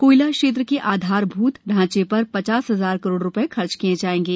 कोयला क्षेत्र के आधारभूत ढांचे पर पचास हजार करोड रुपये खर्च किए जाएंगे